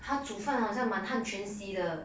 她煮饭好像满汉全席的